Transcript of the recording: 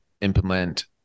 implement